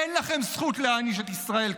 אין לכם זכות להעניש את ישראל,